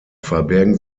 verbergen